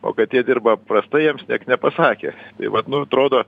o kad jie dirba prastai jiems nieks nepasakė tai vat nu atrodo